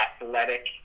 athletic